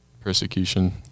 persecution